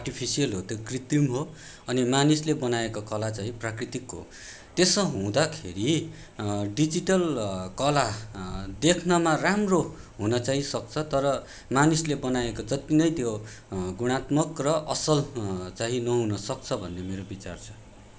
artificial हो त्यो कृत्रिम हो अनि मानिसले बनाएको कला चाहिँ प्राकृतिक हो त्यसो हुँदाखेरि डिजिटल कला देख्नमा राम्रो हुन चाहिँ सक्छ तर मानिसले बनाएको जत्ति नै त्यो गुणात्मक र असल चाहिँ नहुन सक्छ भन्ने मेरो विचार छ